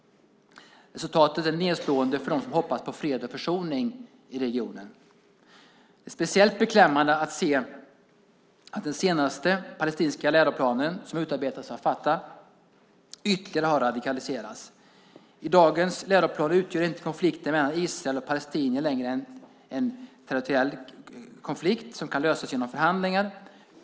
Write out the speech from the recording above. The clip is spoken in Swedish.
Resultatet är nedslående för dem som hoppas på fred och försoning i regionen. Det är speciellt beklämmande att se att den senaste palestinska läroplanen som utarbetats av al-Fatah ytterligare har radikaliserats. I dagens läroplan är inte längre konflikten mellan Israel och palestinierna territoriell som kan lösas med hjälp av förhandlingar.